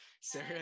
Sarah